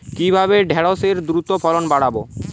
কিভাবে ঢেঁড়সের দ্রুত ফলন বাড়াব?